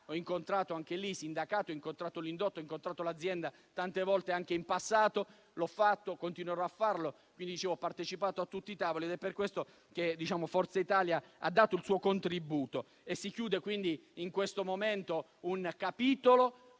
l'indotto, così come ho incontrato l'azienda tante volte in passato; l'ho fatto e continuerò a farlo. Ho partecipato a tutti i tavoli ed è per questo che Forza Italia ha dato il suo contributo. Si chiude in questo momento un capitolo